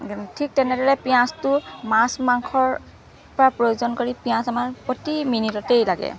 ঠিক তেনেদৰে পিঁয়াজটো মাছ মাংসৰ পৰা প্ৰয়োজন কৰি পিঁয়াজ আমাক প্ৰতি মিনিটতেই লাগে